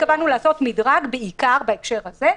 התכוונו לעשות מדרג בעיקר בהקשר הזה,